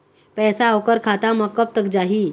पैसा ओकर खाता म कब तक जाही?